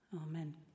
Amen